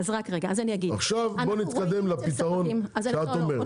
עכשיו בואו נתקדם לפתרון שאת אומרת.